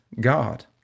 God